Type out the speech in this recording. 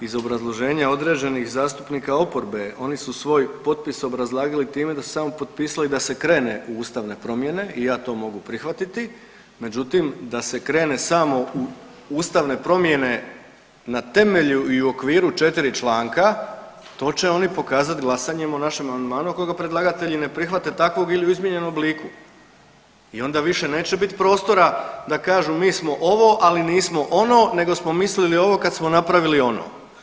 Iz obrazloženja određenih zastupnika oporbe oni su svoj potpis obrazlagali time da su samo potpisali da se krene u ustavne promjene i ja to mogu prihvatiti, međutim da se krene samo u ustavne promjene na temelju i u okviru 4 članka to će oni pokazat glasanjem o našem amandmanu, ako ga predlagatelji ne prihvate takvog ili u izmijenjenom obliku i onda više neće bit prostora da kažu mi smo ovo, ali nismo ono nego smo mislili ovo kad smo napravili ono.